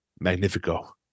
magnifico